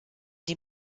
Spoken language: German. die